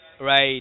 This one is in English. Right